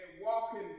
walking